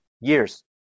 Years